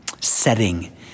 setting